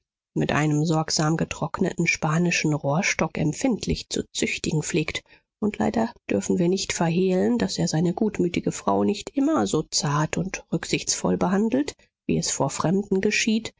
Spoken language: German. mit einem sorgsam getrockneten spanischen rohrstock empfindlich zu züchtigen pflegt und leider dürfen wir nicht verhehlen daß er seine gutmütige frau nicht immer so zart und rücksichtsvoll behandelt wie es vor fremden geschieht